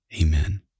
Amen